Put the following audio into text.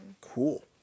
Cool